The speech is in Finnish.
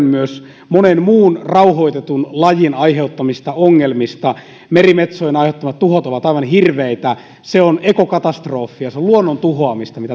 myös monen muun rauhoitetun lajin aiheuttamista ongelmista ja jaan sen huolen merimetsojen aiheuttamat tuhot ovat aivan hirveitä se on ekokatastrofi ja se on luonnon tuhoamista jota